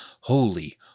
Holy